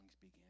began